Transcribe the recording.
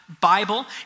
Bible